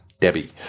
Debbie